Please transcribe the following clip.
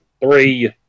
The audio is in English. three